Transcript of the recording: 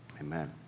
Amen